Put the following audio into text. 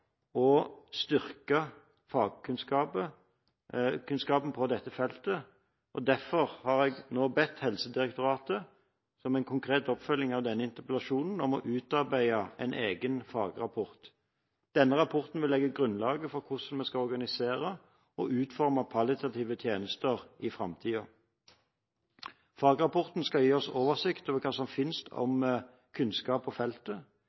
å styrke fagkunnskapen på dette feltet. Derfor har jeg, som en konkret oppfølging av denne interpellasjonen, bedt Helsedirektoratet om å utarbeide en egen fagrapport. Denne rapporten vil legge grunnlaget for hvordan vi skal organisere og utforme palliative tjenester i framtiden. Fagrapporten skal gi oss oversikt over hva som finnes av kunnskap på feltet,